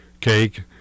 cake